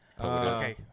okay